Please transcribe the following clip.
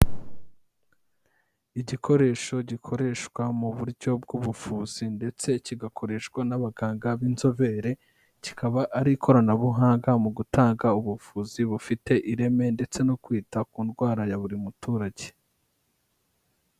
Igikoresho gikoreshwa mu buryo bw'ubuvuzi ndetse kigakoreshwa n'abaganga b'inzobere, kikaba ari ikoranabuhanga mu gutanga ubuvuzi bufite ireme ndetse no kwita ku ndwara ya buri muturage.